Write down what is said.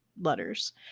letters